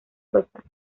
rosa